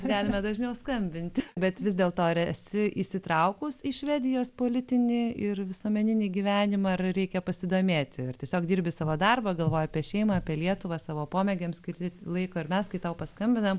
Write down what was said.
galime dažniau skambinti bet vis dėlto ar esi įsitraukus į švedijos politinį ir visuomeninį gyvenimą ar reikia pasidomėti ar tiesiog dirbi savo darbą galvoji apie šeimą apie lietuvą savo pomėgiams skirti laiko ir mes kai tau paskambinam